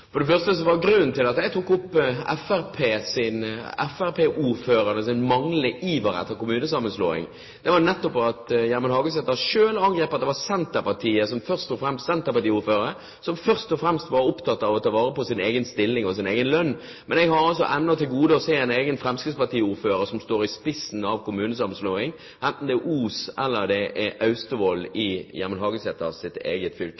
For det første var grunnen til at jeg tok opp fremskrittspartiordførernes manglende iver etter kommunesammenslåing nettopp at Gjermund Hagesæter selv sa at det var senterpartiordførere som først og fremst var opptatt av å ta vare på sin egen stilling og sin egen lønn. Men jeg har ennå til gode å se en fremskrittspartiordfører som står i spissen for kommunesammenslåing, enten det er Os eller det er Austevoll i Gjermund Hagesæters eget fylke.